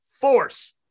force